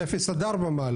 זה 0 עד 4 מעלות.